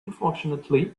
unfortunately